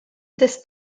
this